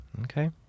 Okay